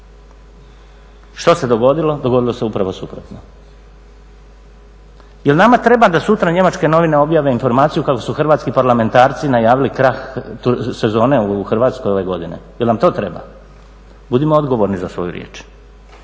Što se dogodilo? Dogodilo se upravo suprotno. Jel' nama treba da sutra njemačke novine objave informaciju kako su hrvatski parlamentarci najavili krah sezone u Hrvatskoj ove godine? Jel' nam to treba? Budimo odgovorni za svoju riječ.